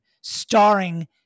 starring